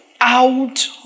out